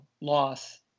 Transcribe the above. loss